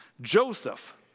Joseph